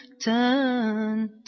turn